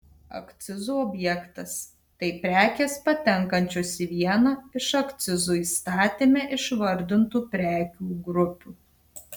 akcizų objektas tai prekės patenkančios į vieną iš akcizų įstatyme išvardintų prekių grupių